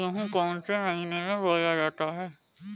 गेहूँ कौन से महीने में बोया जाता है?